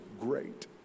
great